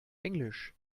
englisch